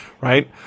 right